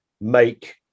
make